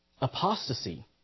Apostasy